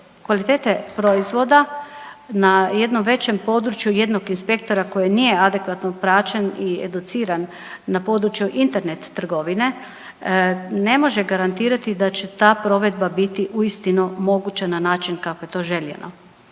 kvalitete proizvoda na jednom većem području jednog inspektora koji nije adekvatno praćen i educiran na području Internet trgovine, ne može garantirati da će ta provedba biti uistinu moguća na način kako je to željeno.